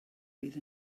fydd